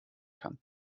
kann